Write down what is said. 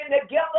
together